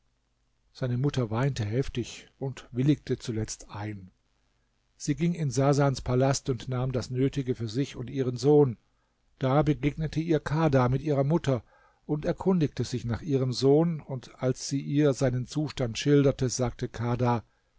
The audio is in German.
seine mutter weinte heftig und willigte zuletzt ein sie ging in sasans palast und nahm das nötige für sich und ihren sohn da begegnete ihr kadha mit ihrer mutter und erkundigte sich nach ihrem sohn und als sie ihr seinen zustand schilderte sagte kadha